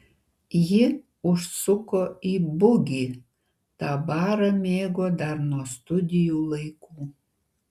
ji užsuko į bugį tą barą mėgo dar nuo studijų laikų